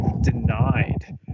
denied